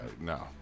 no